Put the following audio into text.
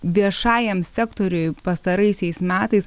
viešajam sektoriui pastaraisiais metais